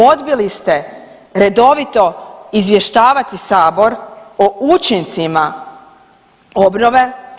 Odbili ste redovito izvještavati sabor o učincima obnove.